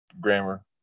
grammar